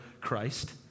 Christ